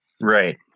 Right